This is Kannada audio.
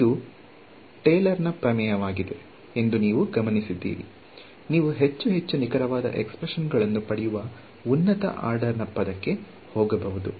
ಇದು ಟೇಲರ್ನ ಪ್ರಮೇಯವಾಗಿದೆ Taylor's theorem ಎಂದು ನೀವು ಗಮನಿಸಿದ್ದೀರಿ ನೀವು ಹೆಚ್ಚು ಹೆಚ್ಚು ನಿಖರವಾದ ಎಕ್ಸ್ಪ್ರೆಶನ್ ಗಳನ್ನ ಪಡೆಯುವ ಉನ್ನತ ಆರ್ಡರ್ ನ ಪದಕ್ಕೆ ಹೋಗಬಹುದು